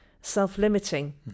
self-limiting